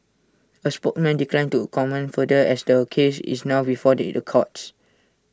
A spokesman declined to comment further as the case is now before the IT courts